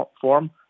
form